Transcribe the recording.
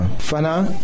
Fana